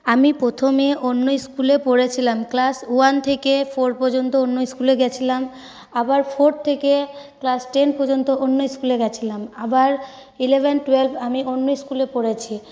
আমি প্রথমে অন্য ইস্কুলে পড়েছিলাম ক্লাস ওয়ান থেকে ফোর পর্যন্ত অন্য ইস্কুলে গিয়েছিলাম আবার ফোর থেকে ক্লাস টেন পর্যন্ত অন্য ইস্কুলে গিয়েছিলাম আবার ইলেভেন টুয়েলভ আমি অন্য ইস্কুলে পড়েছি